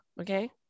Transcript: okay